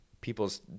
people's